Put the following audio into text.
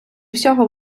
всього